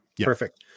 perfect